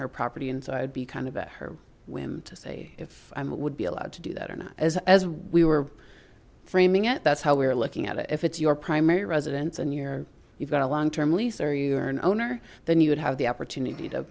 her property and so i would be kind of at her whim to say if i would be allowed to do that or not as we were framing it that's how we were looking at it if it's your primary residence and you're you've got a long term lease or you're an owner then you would have the opportunity to